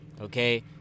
okay